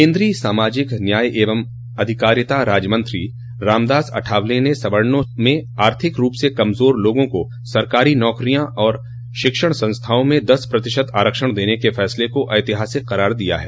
केन्द्रीय सामाजिक न्याय एवं अधिकारिता राज्य मंत्री रामदास अठावले ने सवर्णों में आर्थिक रूप से कमजोर लोगों को सरकारी नौकरियों और शिक्षण संस्थाओं में दस प्रतिशत आरक्षण देने के फसले को ऐतिहासिक करार दिया है